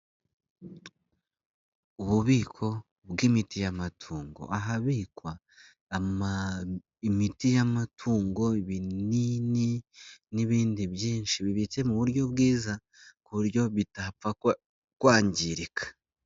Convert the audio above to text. Ububiko bw'imiti y'amatongo, ahabikwa imiti y'amatungo, ibinini n'ibindi byinshi bibitse mu buryo bwiza, ku buryo bitapfa kwangirika.